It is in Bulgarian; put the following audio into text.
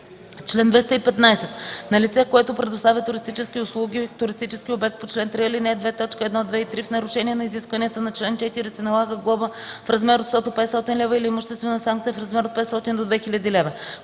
„Чл. 215. На лице, което предоставя туристически услуги в туристически обект по чл. 3, ал. 2, т. 1, 2 и 3 в нарушение на изискванията на чл. 4 се налага глоба в размер от 100 до 500 лв. или имуществена санкция в размер от 500 до 2000 лв.”